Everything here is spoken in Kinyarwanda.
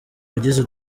wagize